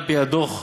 על-פי הדוח,